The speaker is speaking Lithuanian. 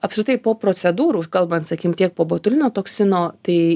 apskritai po procedūrų kalban tiek po botulino toksino tai